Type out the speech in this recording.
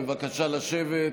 בבקשה לשבת.